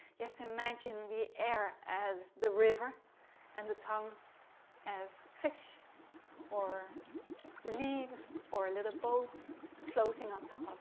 you have to imagine the air as the river and the tongue as fish or leaves or a little boat floating on top